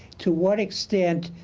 to what extent